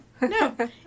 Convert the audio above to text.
no